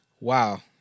Wow